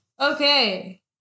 Okay